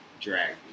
drag